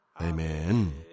Amen